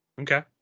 okay